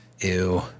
Ew